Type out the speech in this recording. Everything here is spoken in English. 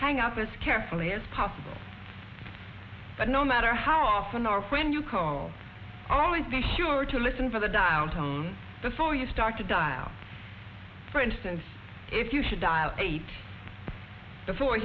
hang up as carefully as possible but no matter how often or when you call always be humor to listen for the dial tone before you start to dial for instance if you should dial eight before